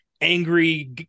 angry